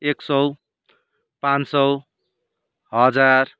एक सौ पाँच सौ हजार